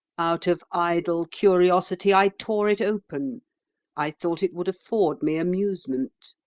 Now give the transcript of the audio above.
out of idle curiosity i tore it open i thought it would afford me amusement.